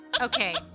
Okay